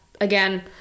again